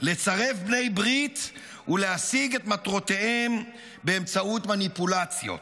לצרף בני ברית ולהשיג את מטרותיהם באמצעות מניפולציות.